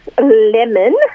lemon